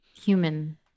human